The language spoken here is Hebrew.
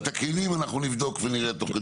את הכלים אנחנו נבדוק ונראה תוך כדי.